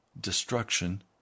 destruction